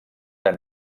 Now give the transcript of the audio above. gran